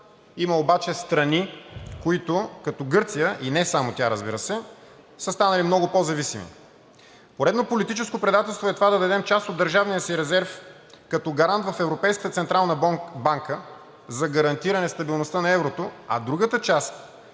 Има обаче страни, които, като Гърция и не само тя, разбира се, са станали много по-зависими. Поредно политическо предателство е това да дадем част от държавния си резерв като гарант в Европейската централна банка за гарантиране стабилността на еврото, а другата част